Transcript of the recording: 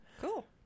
cool